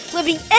Living